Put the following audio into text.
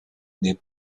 née